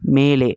மேலே